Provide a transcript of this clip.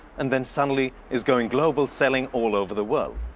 and then suddenly is going global selling all over the world.